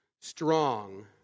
strong